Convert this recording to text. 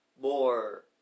more